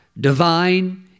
divine